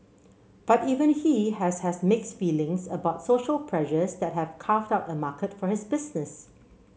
but even he has has mixed feelings about social pressures that have carved out a market for his business